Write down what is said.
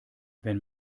wenn